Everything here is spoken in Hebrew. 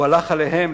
הוא הלך אליהם,